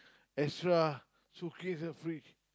extra so keep in the fridge